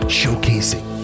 showcasing